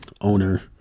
owner